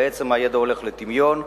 והידע בעצם יורד לטמיון.